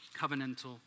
covenantal